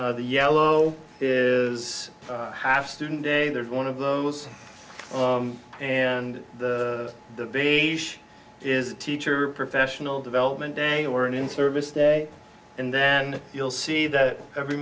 the yellow is half student day there's one of those and the big is teacher professional development day or an in service day and then you'll see that every